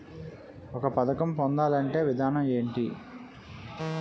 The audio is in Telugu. ఒక పథకం పొందాలంటే విధానం ఏంటి?